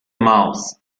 mouse